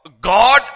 God